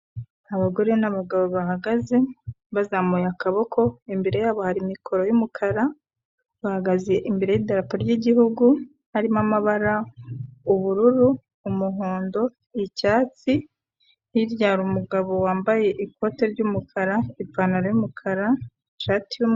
Abagore n'abagabo bahagaze bazamuye akaboko imbere yabo hari mikoro y'umukara bahagaze imbere y'idarapa ry'igihugu harimo amabara, ubururu umuhondo icyatsi hirya hari umugabo wambaye ikote ry'umukara ipantaro yumukara ishati yu y'umweru.